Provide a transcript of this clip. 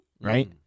right